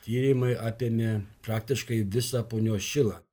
tyrimai apėmė praktiškai visą punios šilą